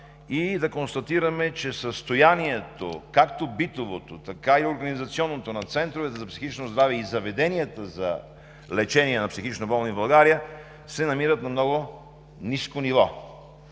и да констатирам, че състоянието – както битовото, така и организационното – на центровете за психично здраве и заведенията за лечение на психично болни в България се намират на много ниско ниво.